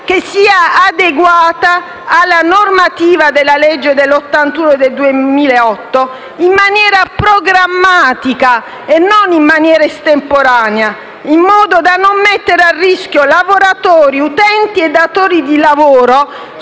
che sia adeguata alla normativa del decreto legislativo n. 81 del 2008 in maniera programmatica e non in maniera estemporanea in modo da non mettere a rischio lavoratori, utenti e datori di lavoro